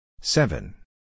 seven